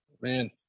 man